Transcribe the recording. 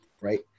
right